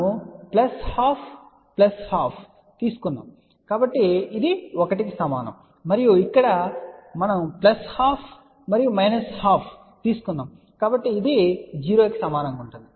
కాబట్టి మనము plus half plus half తీసుకున్నాము కనుక ఇది 1 కి సమానం అవుతుంది మరియు ఇక్కడ మనము ప్లస్ హాఫ్ మరియు మైనస్ హాఫ్ తీసుకున్నాము దాని మొత్తం 0 కి సమానంగా ఉంటుంది